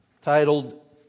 titled